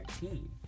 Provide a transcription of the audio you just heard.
team